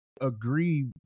agree